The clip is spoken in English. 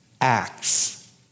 acts